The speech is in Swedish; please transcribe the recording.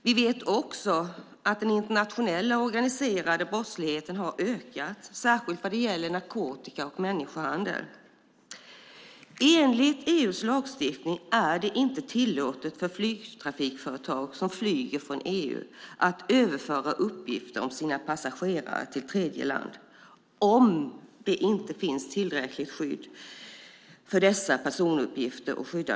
Vi vet också att den internationella organiserade brottsligheten har ökat, särskilt vad gäller narkotika och människohandel. Enligt EU:s lagstiftning är det inte tillåtet för flygtrafikföretag som flyger från EU att överföra uppgifter om sina passagerare till tredjeland om det inte finns tillräckligt skydd för dessa personuppgifter.